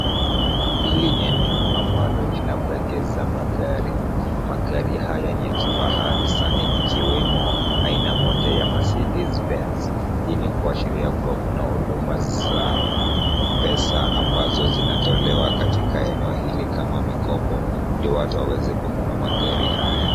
Hili ni eneo ambalo ni la kuwegeza magari. Magari haya ni ya kifahari sana ikiwemo aina moja ya Mercedes-Benz. Hii ni kuashiria kuwa kuna huduma za pesa ambazo zinatolewa katika eneo hili kama mikopo. Ndio watu waweze kununua magari haya.